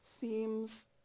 themes